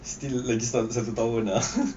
still lagi sat~ satu tahun ah